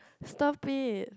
stop it